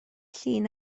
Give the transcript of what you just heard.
llun